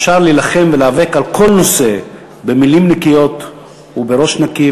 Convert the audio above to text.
אפשר להילחם ולהיאבק על כל נושא במילים נקיות ובראש נקי,